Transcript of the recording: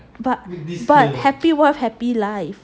but but happy wife happy life